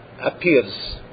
appears